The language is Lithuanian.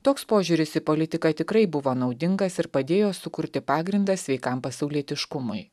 toks požiūris į politiką tikrai buvo naudingas ir padėjo sukurti pagrindą sveikam pasaulietiškumui